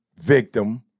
victim